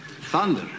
Thunder